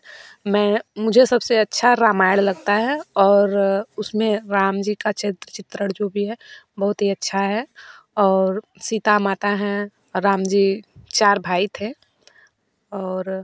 मैं मुझे सबसे अच्छा रामायण लगता है और उसमें राम जी का चरित्र चित्रण जो भी है बहुत ही अच्छा है और सीता माता हैं राम जी चार भाई थे और